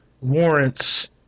warrants